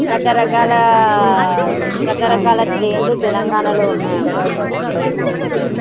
రకరకాల రకరకాల ట్రైన్లు తెలంగాణలో ఉన్నాయి అమ్మ